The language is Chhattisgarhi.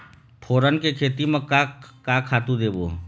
फोरन के खेती म का का खातू देबो?